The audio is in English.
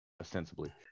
ostensibly